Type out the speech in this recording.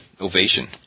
Ovation